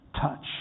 touch